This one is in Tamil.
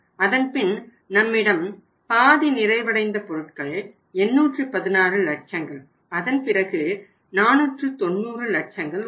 அதன்பின் நம்மிடம் பாதி நிறைவடைந்த பொருட்கள் 816 லட்சங்கள் அதன்பிறகு 490 லட்சங்கள் உள்ளன